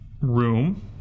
room